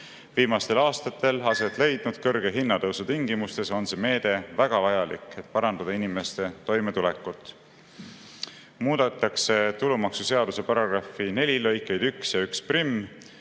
Viimastel aastatel aset leidnud kõrge hinnatõusu tingimustes on see meede väga vajalik, et parandada inimeste toimetulekut. Muudetakse tulumaksuseaduse § 4 lõikeid 1 ja 11,